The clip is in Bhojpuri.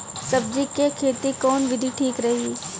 सब्जी क खेती कऊन विधि ठीक रही?